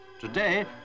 Today